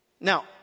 Now